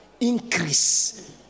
increase